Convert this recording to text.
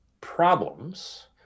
problems